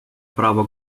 право